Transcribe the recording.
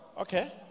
Okay